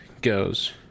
goes